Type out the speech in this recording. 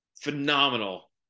phenomenal